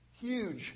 huge